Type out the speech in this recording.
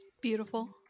Beautiful